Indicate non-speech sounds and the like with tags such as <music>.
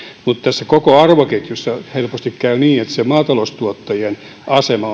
mutta tässä koko arvoketjussa helposti käy niin että se maataloustuottajien asema <unintelligible>